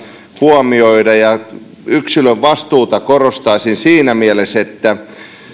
huomioida yksilön vastuuta korostaisin siinä mielessä